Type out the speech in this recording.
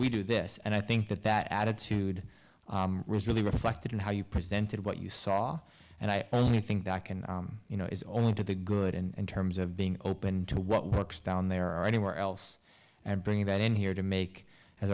we do this and i think that that attitude was really reflected in how you presented what you saw and i only think i can you know is only to the good and terms of being open to what works down there or anywhere else and bringing that in here to make as